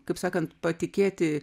kaip sakant patikėti